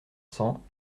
cents